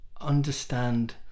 understand